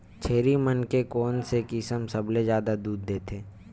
छेरी मन के कोन से किसम सबले जादा दूध देथे?